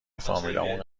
فامیلامونم